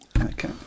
Okay